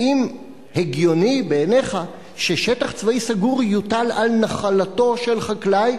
האם הגיוני בעיניך ש"שטח צבאי סגור" יוטל על נחלתו של חקלאי?